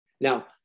Now